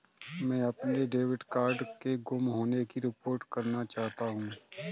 मैं अपने debit card के गुम होने की रिपोर्ट करना चाहता हूँ